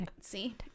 See